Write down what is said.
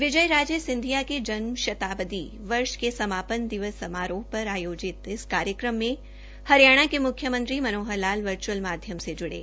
विजय राजे सिंधिया के जन्म शताब्दी वर्ष के समापन दिवस समारोह पर आयोजित इस कार्यक्रम में हरियाणा के म्ख्यमंत्री मनोहर लाल वर्घ्अल माध्यम से ज्ड़े